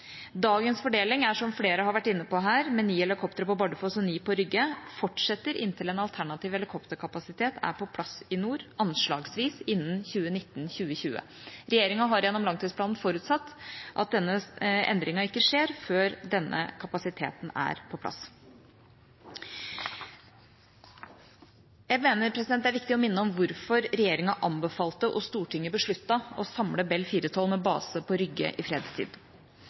Dagens fordeling, som flere har vært inne på her, med ni helikoptre på Bardufoss og ni på Rygge, fortsetter inntil en alternativ helikopterkapasitet er på plass i nord, anslagsvis innen 2019–2020. Regjeringa har gjennom langtidsplanen forutsatt at denne endringen ikke skjer før denne kapasiteten er på plass. Jeg mener det er viktig å minne om hvorfor regjeringa anbefalte og Stortinget besluttet å samle Bell 412 med base på Rygge i fredstid.